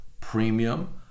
premium